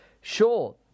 Sure